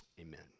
amen